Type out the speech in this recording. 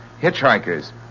hitchhikers